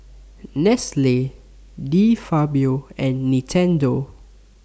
Nestle De Fabio and Nintendo